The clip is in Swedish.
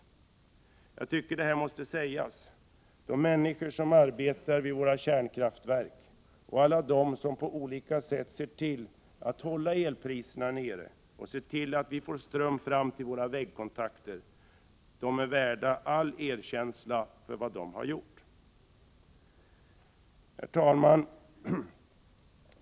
Jag tycker detta måste sägas. De människor som arbetar vid våra kärnkraftverk och alla de som på olika sätt ser till att hålla elpriserna nere och ser till att vi får ström fram till våra väggkontakter, måste få erkänsla för vad de gjort. Herr talman!